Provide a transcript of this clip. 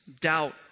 Doubt